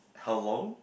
how long